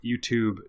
YouTube